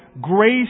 grace